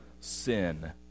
sin